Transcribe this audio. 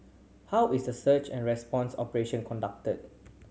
how is the search and response operation conducted